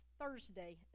Thursday